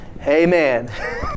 amen